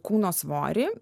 kūno svorį